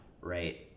right